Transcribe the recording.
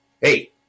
hey